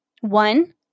one